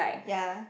ya